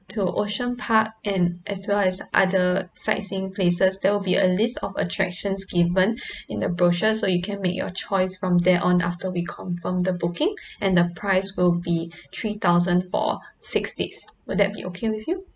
to ocean park and as well as other sightseeing places there will be a list of attractions given in the brochure so you can make your choice from there on after we confirm the booking and the price will be three thousand for six days will that be okay with you